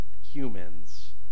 humans